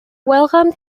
welcome